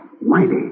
mighty